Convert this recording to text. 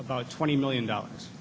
about twenty million dollars